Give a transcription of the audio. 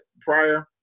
prior